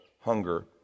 hunger